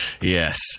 Yes